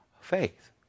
faith